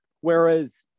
Whereas